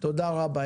תודה רבה.